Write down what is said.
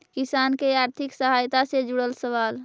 किसान के आर्थिक सहायता से जुड़ल सवाल?